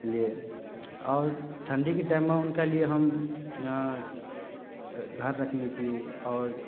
लिए आओर ठंडी के टाइममे हुनका लियऽ हम घर रखने छी आओर